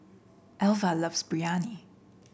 Alva loves Biryani